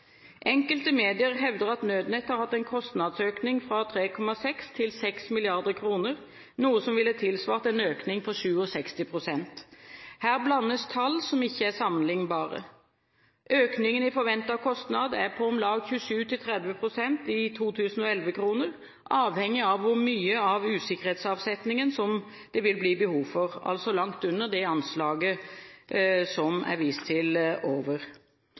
Enkelte medier hevder at Nødnett har hatt en kostnadsøkning fra 3,6 mrd. kr til 6 mrd. kr – noe som ville tilsvart en økning på 67 pst. Her blandes tall som ikke er sammenlignbare. Økningen i forventet kostnad er på om lag 27–30 pst. i 2011-kroner, avhengig av hvor mye av usikkerhetsavsetningen det vil bli behov for – altså langt under det anslaget som er vist til